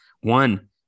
one